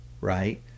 right